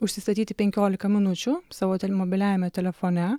užsistatyti penkiolika minučių savo mobiliajame telefone